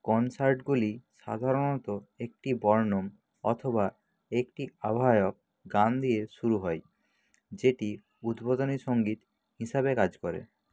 কনসার্টগুলি সাধারণত একটি বর্ণম অথবা একটি আহ্বায়ক গান দিয়ে শুরু হয় যেটি উদ্বোধনী সঙ্গীত হিসাবে কাজ করে